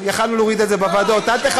אל תשכח